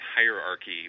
hierarchy